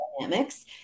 dynamics